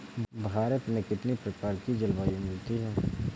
भारत में कितनी प्रकार की जलवायु मिलती है?